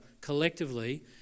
collectively